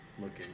looking